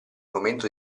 momento